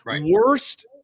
worst